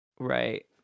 Right